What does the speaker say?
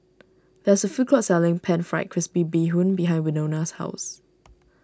there is a food court selling Pan Fried Crispy Bee Hoon behind Wynona's house